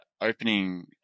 opening